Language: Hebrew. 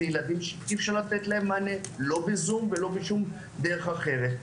זה ילדים שאי אפשר לתת להם מענה לא בזום ולא בשום דרך אחרת.